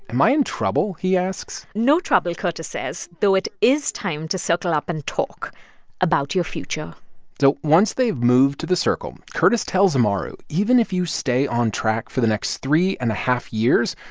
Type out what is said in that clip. am i in trouble, he asks no trouble, curtis says, though it is time to circle up and talk about your future so once they've moved to the circle, curtis tells amaru even if you stay on track for the next three and a half years,